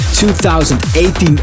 2018